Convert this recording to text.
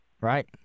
Right